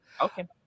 okay